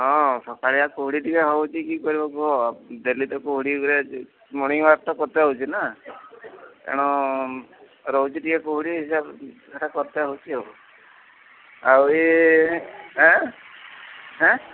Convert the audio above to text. ହଁ ସକାଳିଆ କୁହୁଡ଼ି ଟିକିଏ ହେଉଛି କି କରିବ କୁହ ଡେଲି ତ କୁହୁଡ଼ିରେ ମର୍ଣିଂୱାକ୍ ତ କରତେ ହେଉଛି ନାଁ ଏଣୁ ରହୁଛି ଟିକିଏ କୁହୁଡ଼ି ହିସାବରେ ଏଟା କରତେ ହେଉଛି ଆଉ ଆଉ ଏ ଆଁ ଆଁ